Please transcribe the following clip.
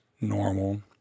normal